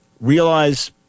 realize